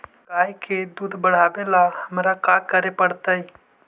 गाय के दुध बढ़ावेला हमरा का करे पड़तई?